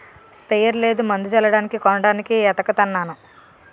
sprayer లేదు మందు జల్లడానికి కొనడానికి ఏతకతన్నాను